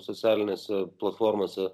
socialinėse platformose